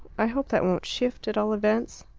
i hope that won't shift, at all events.